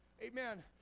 Amen